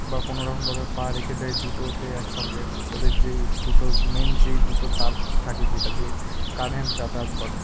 বা কোনো রকমভাবে পা রেখে দেয় দুটোতে একসঙ্গে ওদের যেই দুটো মেইন যেই দুটো তার থাকে যেটা দিয়ে কারেন্ট যাতায়াত করে